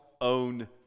own